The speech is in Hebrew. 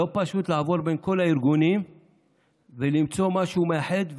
לא פשוט לעבור בין כל הארגונים ולמצוא משהו מאחד,